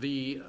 the